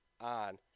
on